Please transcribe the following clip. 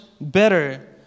better